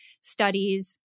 studies